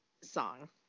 song